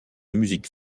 musique